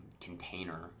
container